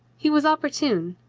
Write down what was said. he was opportune.